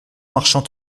marchant